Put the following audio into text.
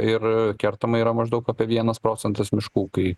ir kertama yra maždaug apie vienas procentas miškų kai